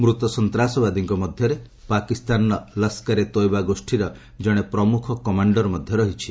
ମୃତ ସନ୍ତାସବାଦୀଙ୍କ ମଧ୍ୟରେ ପାକିସ୍ତାନର ଲସ୍କରେ ତୈବା ଗୋଷ୍ଠୀର ଜଣେ ପ୍ରମୁଖ କମାଣ୍ଡର ମଧ୍ୟ ରହିଛି